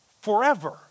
forever